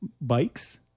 bikes